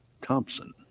Thompson